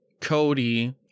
Cody